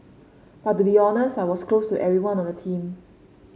but to be honest I was close to everyone on the team